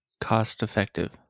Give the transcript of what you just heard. cost-effective